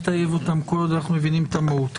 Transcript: נטייב אותם כל עוד אנחנו מבינים את המהות.